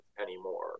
anymore